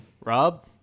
Rob